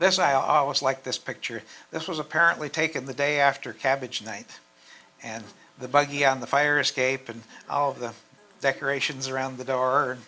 this i always like this picture this was apparently taken the day after cabbage night and the buggy on the fire escape and all of the decorations around the door